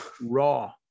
raw